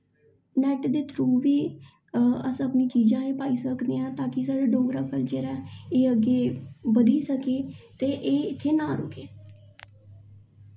net दे through बी अस अपनी चीज़ां पाई सकने आं ता कि साढ़ा डोगरा कल्चर ऐ ते एह् अग्गें बधी सकै ते एह् इत्थै ना रुके